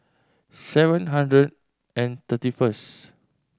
seven hundred and thirty first